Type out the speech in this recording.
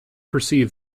perceive